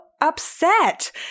upset